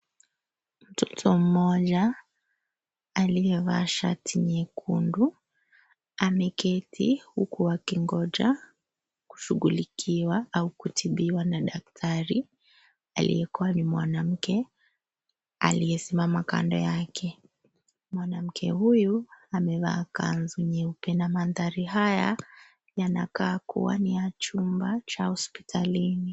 Mtoto mmoja aliyevaa shati nyekundu, ameketi huku akingoja kushughulikiwa au kutibiwa na daktari. Aliyekuwa ni mwanamke aliyesimama kando yake. Mwanamke huyu amevaa kanzu nyeupe na maandhari haya yanakaa kuwa ni ya chumba cha hospitalini.